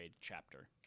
chapter